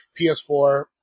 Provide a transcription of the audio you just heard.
PS4